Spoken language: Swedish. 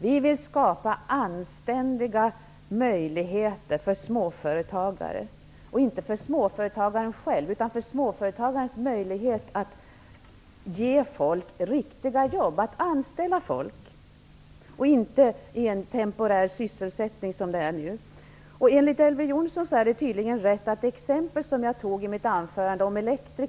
Vi vill skapa anständiga möjligheter för småföretagaren att ge folk riktiga jobb, dvs. att anställa folk i stället för att som nu ge dem temporär sysselsättning. Enligt Elver Jonsson är det rätt att göra så som jag nämnde i exemplet från TV i går.